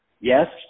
Yes